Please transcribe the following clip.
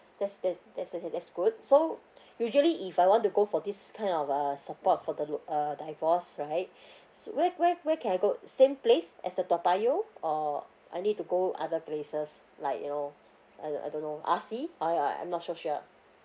that's that's that's okay that's good so usually if I want to go for this kind of uh support for the lo~ uh divorce right so where where where can I go same place as the toa payoh or I need to go other places like you know I I don't know R_C I I I'm not so sure